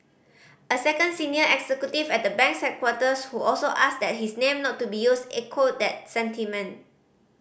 a second senior executive at the bank's headquarters who also asked that his name not to be used echoed that sentiment